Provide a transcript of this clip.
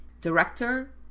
Director